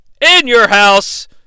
in-your-house